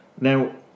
Now